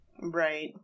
right